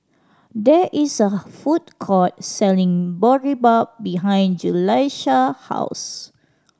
there is a food court selling Boribap behind Julissa house